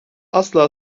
asla